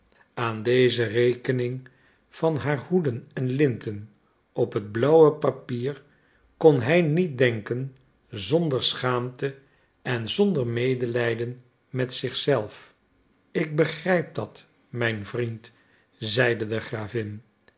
aan deze rekening van haar hoeden en linten op het blauwe papier kon hij niet denken zonder schaamte en zonder medelijden met zich zelf ik begrijp dat mijn vriend zeide de